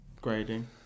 grading